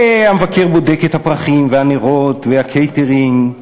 והמבקר בודק את הפרחים, והנרות והקייטרינג,